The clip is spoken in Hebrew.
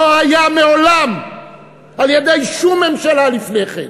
היה מעולם על-ידי שום ממשלה לפני כן.